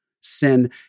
Sin